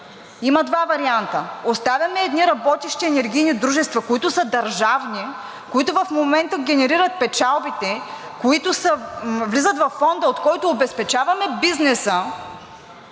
Има два варианта. Оставяме едни работещи енергийни дружества, които са държавни, които в момента генерират печалбите, които влизат във Фонда, от който обезпечаваме бизнеса